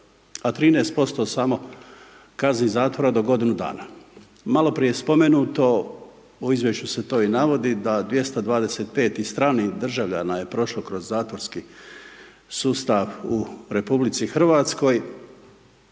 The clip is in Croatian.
a 13% samo kazni zatvora do godinu dana. Maloprije spomenuto, u izvješću se to i navodi da 225 stranih državljana je prošlo kroz zatvorski sustav u RH. Sve